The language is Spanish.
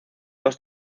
dos